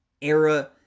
era